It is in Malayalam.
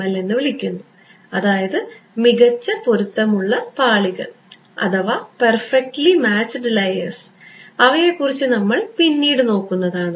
എൽ എന്ന് വിളിക്കുന്നു അതായത് മികച്ച പൊരുത്തമുള്ള പാളികൾ അവയെക്കുറിച്ച് നമ്മൾ പിന്നീട് നോക്കുന്നതാണ്